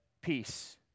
peace